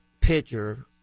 pitcher